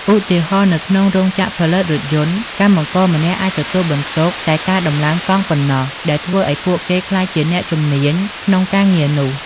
ឧទាហរណ៍ នៅក្នុងរោងចក្រផលិតរថយន្ត កម្មករម្នាក់អាចទទួលបន្ទុកតែការដំឡើងកង់ប៉ុណ្ណោះ ដែលធ្វើឱ្យពួកគេក្លាយជាអ្នកជំនាញក្នុងការងារនោះ។